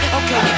okay